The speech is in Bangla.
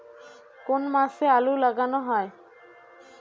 কোন মাসে আলু লাগানো হয়?